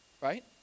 right